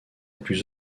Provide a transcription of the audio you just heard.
plus